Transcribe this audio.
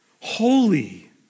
holy